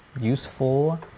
useful